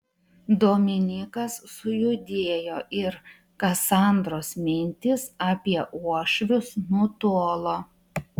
dominykas sujudėjo ir kasandros mintys apie uošvius nutolo